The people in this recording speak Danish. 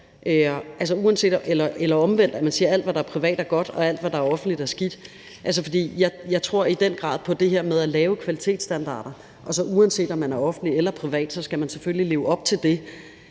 eller omvendt, at man siger, at alt, hvad der er privat, er godt, og alt, hvad der er offentligt, er skidt. For jeg tror i den grad på det her med at lave kvalitetsstandarder, og uanset om man er offentlig eller privat, skal man selvfølgelig leve op til dem.